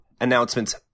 announcements